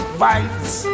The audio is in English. bites